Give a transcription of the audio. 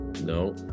no